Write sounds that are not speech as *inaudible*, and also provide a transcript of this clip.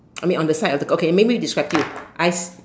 *noise* I mean on the side of the girl okay let me describe to you I've